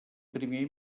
primer